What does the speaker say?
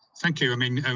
thank you. i mean,